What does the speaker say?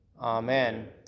Amen